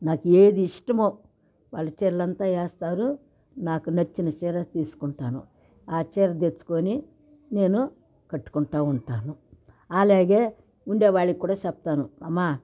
నాకు ఏది ఇష్టమో వాళ్ళు చీరలు అంత వేస్తారు నాకు నచ్చిన చీర తీసుకుంటాను ఆ చీర తెచ్చుకొని నేను కట్టుకుంటు ఉంటాను ఆలాగే ఉండేవాళ్ళకి కూడా చెప్తాను అమ్మా